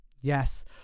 Yes